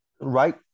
right